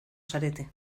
zarete